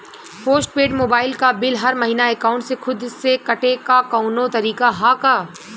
Post paid mobile क bill हर महिना एकाउंट से खुद से कटे क कौनो तरीका ह का?